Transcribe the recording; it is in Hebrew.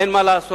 אין מה לעשות,